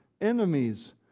enemies